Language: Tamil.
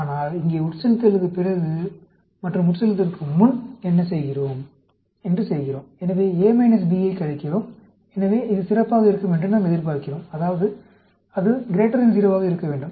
ஆனால் இங்கே உட்செலுத்தலுக்குப் பின் மற்றும் உட்செலுத்தலுக்கு முன் என்று செய்கிறோம் எனவே A - B யைக் கழிக்கிறோம் எனவே இது சிறப்பாக இருக்கும் என்று நாம் எதிர்பார்க்கிறோம் அதாவது அது 0 ஆக இருக்க வேண்டும்